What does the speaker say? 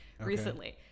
recently